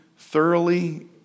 thoroughly